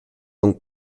donc